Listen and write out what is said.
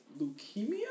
leukemia